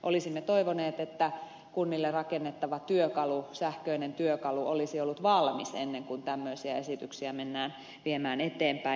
olisimme toivoneet että kunnille rakennettava työkalu sähköinen työkalu olisi ollut valmis ennen kuin tämmöisiä esityksiä mennään viemään eteenpäin